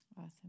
Awesome